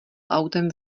autem